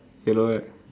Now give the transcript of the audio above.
yellow right